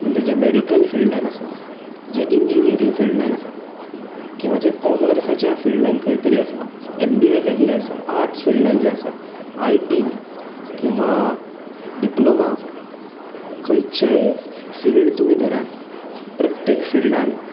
म्हणजे जे मॅडिकल फिल्डांत आसात जे इंजिनियरींग फिल्डांत आसात किंवां जे कॉमर्साच्या फिल्डांत खंय तरी आसा एम बी ए केल्ले आसा आर्ट्स फिल्डान जे आसा आय टी किंवां डिप्लोमा खंयचेंय फिल्ड तुमी धरात प्रत्येक फिल्डांत